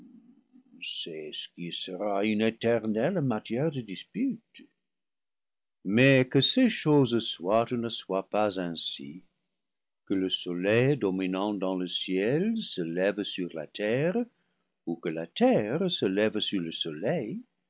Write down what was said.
c'est ce qui sera une éternelle matière de dis pute mais que ces choses soient ou ne soient pas ainsi que le le soleil dominant dans le ciel se lève sur la terre ou que la terre se lève sur le soleil